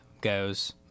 goes